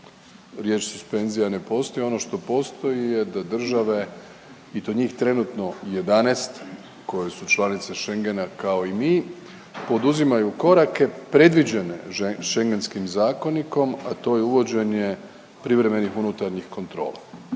Riječ suspenzija ne postoji. Ono što postoji je da države i to njih trenutno 11 koje su članice Schengena kao i mi poduzimaju korake predviđene Schengenskim zakonikom, a to je uvođenje privremenih unutarnjih kontrola.